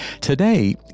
Today